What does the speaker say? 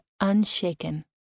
unshaken